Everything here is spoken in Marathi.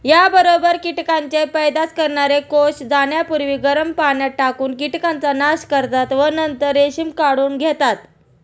याबरोबर कीटकांचे पैदास करणारे कोष जाण्यापूर्वी गरम पाण्यात टाकून कीटकांचा नाश करतात व नंतर रेशीम काढून घेतात